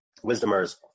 wisdomers